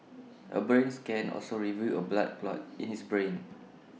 A brain scan also revealed A blood clot in his brain